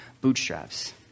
bootstraps